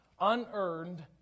unearned